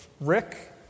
Rick